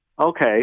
Okay